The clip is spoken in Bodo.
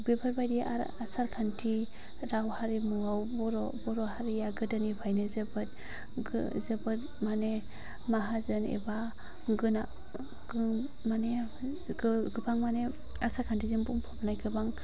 बेफोरबायदि आरो आसार खान्थि राव हारिमुवाव बर' बर' हारिया गोदोनिफ्रायनो जोबोद जोबोद मानि माहाजोन एबा गोनां मानि गोबां मानि आसार खान्थिजों बुंफनाय गोबां